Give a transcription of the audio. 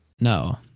No